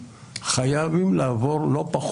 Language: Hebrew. אפילו את הנושאים הבסיסיים האלה הוא לא פסל,